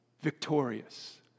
victorious